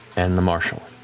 and the marshal.